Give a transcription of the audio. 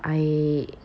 I